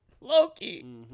Loki